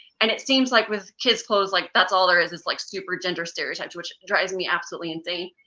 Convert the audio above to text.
and it seems like with kids clothes, like that's all there is, is like super gender stereotypes, which drives me absolutely insane.